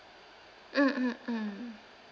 mm mm mm